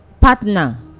partner